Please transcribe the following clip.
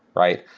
right?